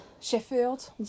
Sheffield